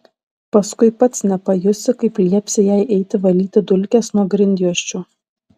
paskui pats nepajusi kaip liepsi jai eiti valyti dulkes nuo grindjuosčių